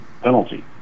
penalty